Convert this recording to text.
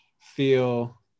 feel